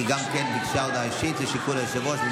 גם היא ביקשה להשיב, וזה לשיקול היושב-ראש.